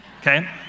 okay